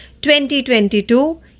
2022